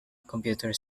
computer